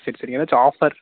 சரி சரி ஏதாச்சும் ஆஃபர்